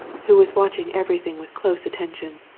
who was watching everything with close attention,